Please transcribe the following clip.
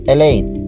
Elaine